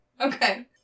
Okay